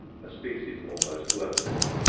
a species almost worthless.